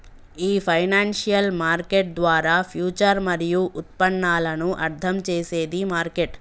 ఈ financial market ద్వారా future మరియు ఉత్పన్నాలను అర్థం చేసేది మార్కెట్